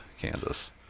Kansas